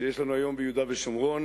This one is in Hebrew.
שיש לנו היום ביהודה ושומרון,